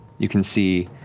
you can see,